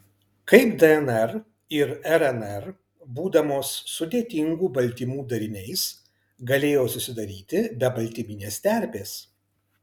kaip dnr ir rnr būdamos sudėtingų baltymų dariniais galėjo susidaryti be baltyminės terpės